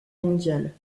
mondiale